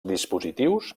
dispositius